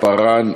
פארן,